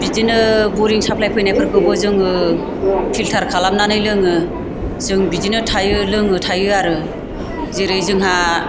बिदिनो बरिं साप्लाइ फैनायफोरखौबो जोङो पिल्टार खालामनानै लोङो जों बिदिनो थायो लोङो थायो आरो जेरै जोंहा